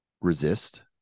resist